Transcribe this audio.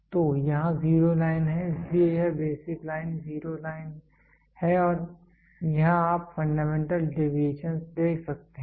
तो यहाँ zero line है इसलिए यह बेसिक लाइन जीरो लाइन है और यहाँ आप फंडामेंटल डेविएशन देख सकते हैं